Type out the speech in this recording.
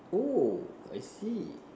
oh I see